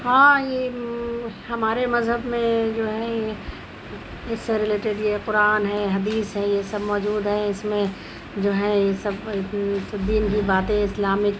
ہاں یہ ہمارے مذہب میں جو ہے اس سے ریلیٹڈ یہ قرآن ہے حدیث ہے یہ سب موجود ہیں اس میں جو ہیں سب دین کی باتیں اسلامک